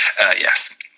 Yes